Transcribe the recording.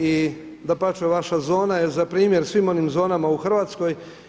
I dapače vaša zona je za primjer svim onim zonama u Hrvatskoj.